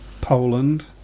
poland